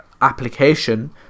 Application